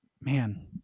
man